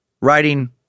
writing